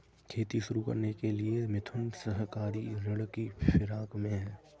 खेती शुरू करने के लिए मिथुन सहकारी ऋण की फिराक में है